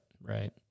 right